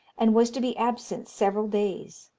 and was to be absent several days.